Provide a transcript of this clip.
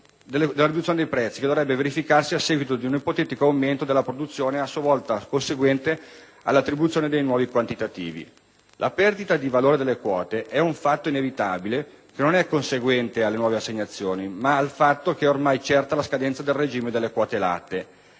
la riduzione dei prezzi che dovrebbe verificarsi a seguito di un ipotetico aumento della produzione, a sua volta conseguente all'attribuzione dei nuovi quantitativi. La perdita di valore delle quote è un fatto inevitabile, che non è conseguente alle nuove assegnazioni, ma al fatto che è ormai certa la scadenza del regime delle quote latte.